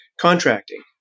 contracting